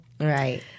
Right